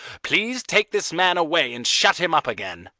please take this man away and shut him up again.